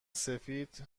سفید